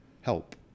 help